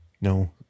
No